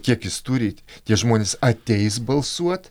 kiek jis turi tie žmonės ateis balsuot